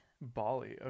Bali